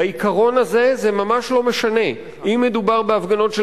בעיקרון הזה זה ממש לא משנה אם מדובר בהפגנות של